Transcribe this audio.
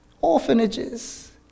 orphanages